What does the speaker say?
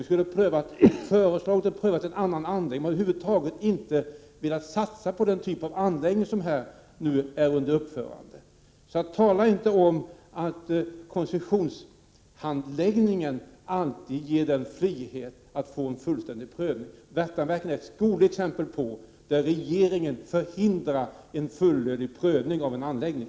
Den skulle ha föreslagit att en annan anläggning prövades. Vi hade över huvud taget inte velat satsa på den typ av anläggning som nu är under uppförande. Tala inte om att det vid koncessionshandläggningen alltid finns möjlighet att under frihet göra en fullständig prövning. Värtanverket är ett skolexempel på hur regeringen förhindrar en fullödig prövning av en anläggning.